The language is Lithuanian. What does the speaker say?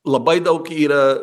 labai daug yra